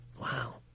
Wow